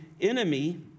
enemy